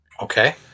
Okay